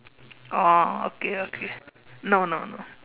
oh okay okay no no no